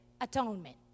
atonement